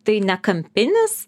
tai ne kampinis